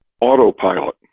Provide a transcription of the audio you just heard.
autopilot